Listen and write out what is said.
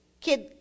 kid